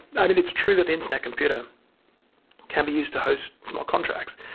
i mean, it's true that the internet computer can be used to host small contracts,